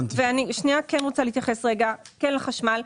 ואני רוצה להתייחס לנושא החשמל.